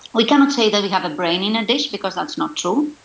we cannot say that we have a brain in a dish, because that's not true.